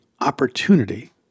opportunity